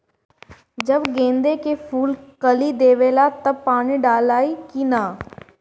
जब गेंदे के फुल कली देवेला तब पानी डालाई कि न?